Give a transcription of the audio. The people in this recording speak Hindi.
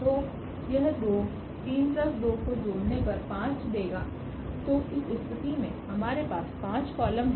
तो यह दो3 2को जोड़ने पर 5 देगा तो इस स्थिति में हमारे पास5कॉलम हैं